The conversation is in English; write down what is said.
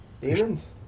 Demons